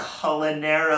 culinary